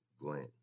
Glenn